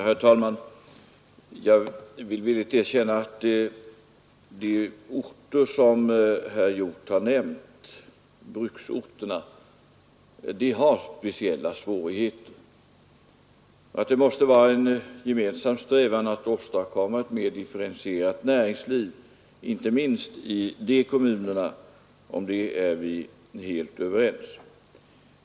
Herr talman! Jag erkänner villigt att de bruksorter som herr Hjorth här nämnt har sina speciella svårigheter. Att det måste vara en gemensam strävan att åstadkomma ett mer differentierat näringsliv, inte minst i dessa kommuner, därom är vi helt överens.